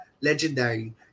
legendary